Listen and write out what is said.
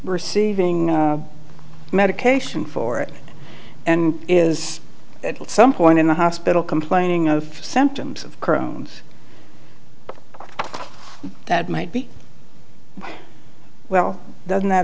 receiving medication for it and is at some point in the hospital complaining of symptoms of chrome that might be well doesn't that